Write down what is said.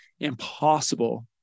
impossible